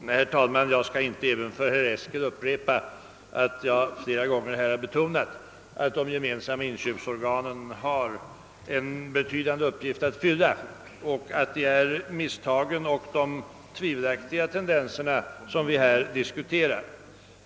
Herr talman! Jag skall inte även för herr Eskel upprepa vad jag flera gånger i dag har betonat, att de gemensamma inköpsorganen har en stor uppgift att fylla. Det är endast misstagen och de tvivelaktiga tendenserna vi här diskuterar.